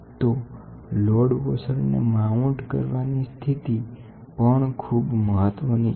તો લોડ વોશરને માઉન્ટ કરવાની સ્થિતિ પણ ખૂબ મહત્વની છે